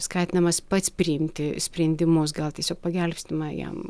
skatinamas pats priimti sprendimus gal tiesiog pagelbstima jam